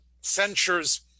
censures